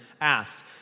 asked